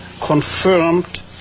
confirmed